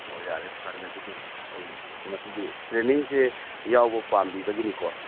ꯑꯣ ꯌꯥꯔꯦ ꯐꯔꯦ ꯑꯗꯨꯗꯤ ꯑꯩ ꯃꯁꯤꯒꯤ ꯇ꯭ꯔꯦꯅꯤꯡꯁꯤ ꯌꯥꯎꯕ ꯄꯥꯝꯕꯤꯕꯒꯤꯀꯣ